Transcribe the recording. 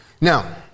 Now